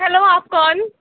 hello आप कौन